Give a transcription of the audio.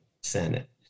Senate